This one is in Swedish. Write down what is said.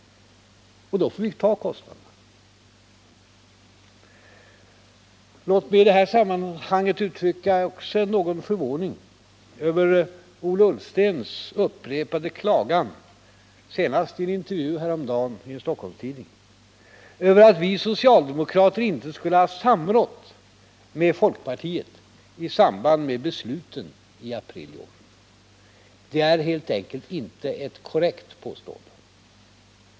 Och då får vi ta kostnaderna. Låt mig i detta sammanhang också uttrycka någon förvåning över Ola Ullstens upprepade klagan, senast i en intervju häromdagen i en Stockholmstidning, över att vi socialdemokrater inte skulle ha samrått med folkpartiet i samband med beslutet i april i år. Det är helt enkelt inte ett korrekt påstående.